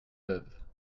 veuves